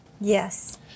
Yes